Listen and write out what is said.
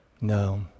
No